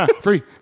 Free